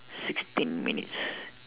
sixteen minutes